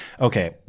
Okay